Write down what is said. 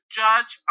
judge